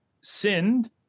sinned